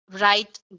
right